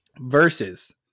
versus